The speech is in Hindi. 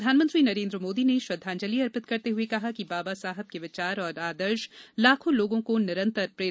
प्रधानमंत्री नरेन्द्र मोदी ने श्रद्वांजलि अर्पित करते हुए कहा कि बाबा साहब के विचार और आदर्श लाखों लोगों को निरंतर प्रेरित केरते रहेंगे